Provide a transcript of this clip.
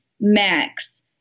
max